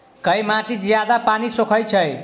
केँ माटि जियादा पानि सोखय छै?